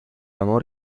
amor